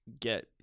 get